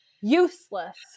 Useless